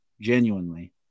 Genuinely